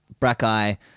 Brackeye